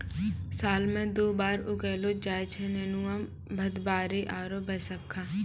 साल मॅ दु बार उगैलो जाय छै नेनुआ, भदबारी आरो बैसक्खा